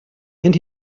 and